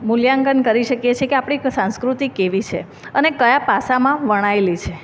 મૂલ્યાંકન કરી શકીએ છે કે આપણી સાંસ્કૃતિ કેવી છે અને કયા પાસામાં વણાયેલી છે